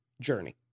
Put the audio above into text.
journey